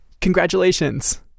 Congratulations